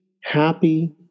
happy